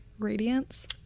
radiance